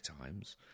times